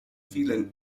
vielen